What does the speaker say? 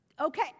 Okay